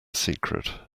secret